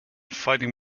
fighting